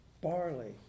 barley